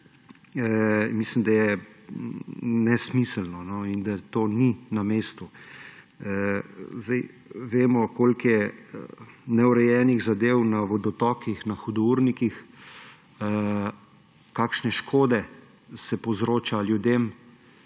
mislim, da je nesmiselno in da to ni na mestu. Zdaj vemo, koliko je neurejenih zadev na vodotokih, na hudournikih, kakšne škode se povzroča ljudem,